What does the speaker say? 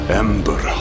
ember